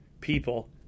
People